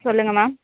சொல்லுங்க மேம்